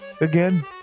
again